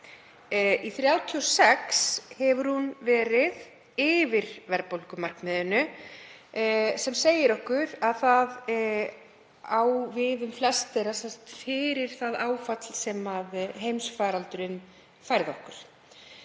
hefur hún verið yfir verðbólgumarkmiðinu sem segir okkur að það á við um flest þeirra fyrir það áfall sem heimsfaraldurinn færði okkur.